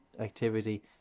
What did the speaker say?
activity